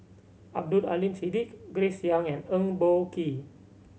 Abdul Aleem Siddique Grace Young and Eng Boh Kee